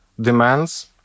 demands